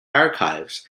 archives